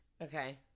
okay